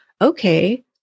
Okay